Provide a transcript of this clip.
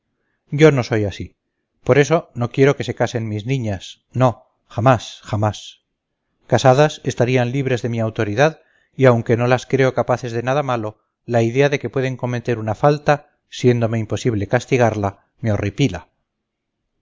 yo no soy así por eso no quiero que se casen mis niñas no jamás jamás casadas estarían libres de mi autoridad y aunque no las creo capaces de nada malo la idea de que pueden cometer una falta siéndome imposible castigarla me horripila